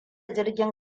jirgin